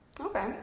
Okay